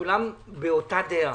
כולם באותה דעה.